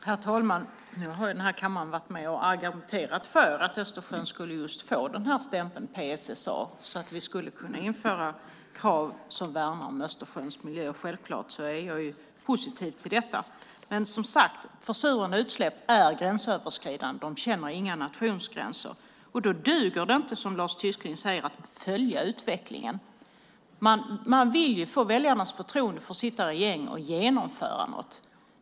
Herr talman! Jag har i denna kammare varit med och argumenterat för att Östersjön skulle få stämpeln PSSA så att vi skulle kunna införa krav som värnar Östersjöns miljö. Självklart är jag positiv till detta. Försurande utsläpp är som sagt gränsöverskridande. De känner inga nationsgränser. Det duger inte att som Lars Tysklind säger följa utvecklingen. Man vill ju få väljarnas förtroende att sitta i regeringen för att genomföra något.